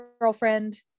girlfriend